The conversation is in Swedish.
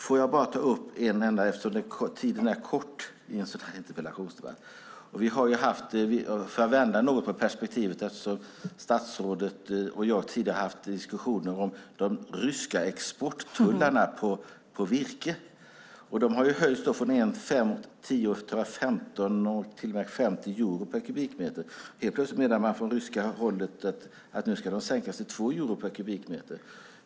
Tiden är kort i en sådan här interpellationsdebatt, men jag skulle vilja vända något på perspektivet. Statsrådet och jag har tidigare haft diskussioner om de ryska exporttullarna på virke. De har höjts från 10-15 till 50 euro per kubikmeter. Helt plötsligt menar man från ryska hållet att de ska sänkas till 2 euro per kubikmeter.